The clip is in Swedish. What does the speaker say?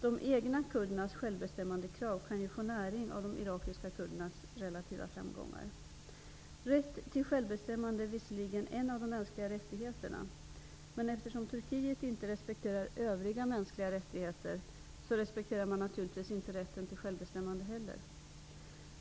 De egna kurdernas krav på självbestämmande kan ju få näring av de irakiska kurdernas relativa framgångar. Rätt till självbestämmande är visserligen en av de mänskliga rättigheterna, men eftersom Turkiet inte respekterar övriga mänskliga rättigheter så respektar man naturligtvis inte rätten till självbestämmande heller.